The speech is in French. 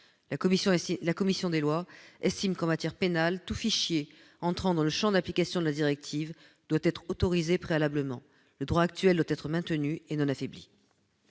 La commission des lois a estimé que, en matière pénale, tout fichier entrant dans le champ d'application de la directive doit être autorisé préalablement : le droit actuel doit être maintenu et non affaibli